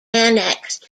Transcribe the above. annexed